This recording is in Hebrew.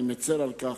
אני מצר על כך,